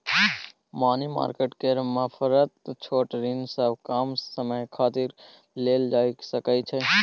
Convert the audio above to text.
money market केर मारफत छोट ऋण सब कम समय खातिर लेल जा सकइ छै